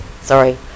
sorry